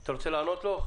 אתה רוצה לענות לו?